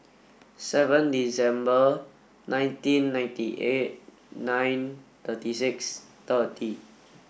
seven December nineteen ninety eight nine thirty six thirty